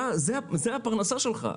הוא הפרנסה שלך.